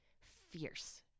fierce